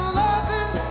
loving